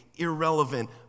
irrelevant